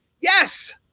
Yes